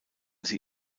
sie